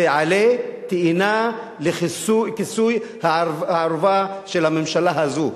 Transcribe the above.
זה עלה תאנה לכיסוי הערווה של הממשלה הזו.